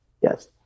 yes